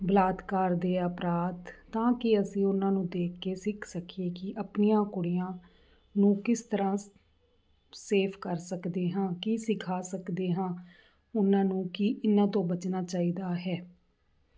ਬਲਾਤਕਾਰ ਦੇ ਅਪਰਾਧ ਤਾਂ ਕਿ ਅਸੀਂ ਉਹਨਾਂ ਨੂੰ ਦੇਖ ਕੇ ਸਿੱਖ ਸਕੀਏ ਕਿ ਆਪਣੀਆਂ ਕੁੜੀਆਂ ਨੂੰ ਕਿਸ ਤਰ੍ਹਾਂ ਸੇਫ ਕਰ ਸਕਦੇ ਹਾਂ ਕੀ ਸਿਖਾ ਸਕਦੇ ਹਾਂ ਉਹਨਾਂ ਨੂੰ ਕਿ ਇਹਨਾਂ ਤੋਂ ਬਚਣਾ ਚਾਹੀਦਾ ਹੈ